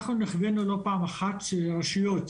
אנחנו נכווינו לא פעם אחת שרשויות,